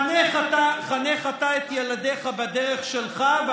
חנך אתה את ילדיך בדרך שלך,